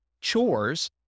chores